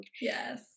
yes